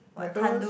mackerels